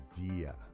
idea